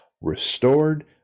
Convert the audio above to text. restored